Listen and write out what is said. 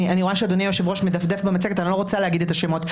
אני לא רוצה להגיד את השמות,